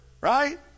right